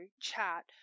chat